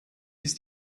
ist